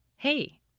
Hey